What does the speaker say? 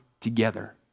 together